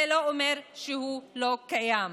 זה לא אומר שהוא לא קיים,